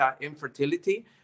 infertility